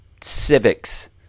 civics